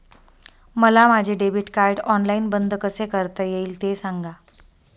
मला माझे debit card online बंद कसे करता येईल, ते सांगा